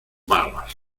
balas